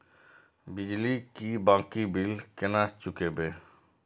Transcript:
बिजली की बाकी बील केना चूकेबे?